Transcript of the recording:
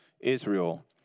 Israel